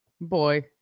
Boy